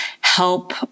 help